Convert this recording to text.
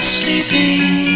sleeping